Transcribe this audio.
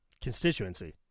constituency